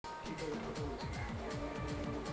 farm মালে হছে গেরামালচলে চাষ ক্যরার মাঠ